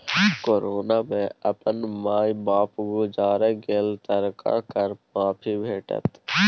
corona मे अपन माय बाप गुजैर गेल तकरा कर माफी भेटत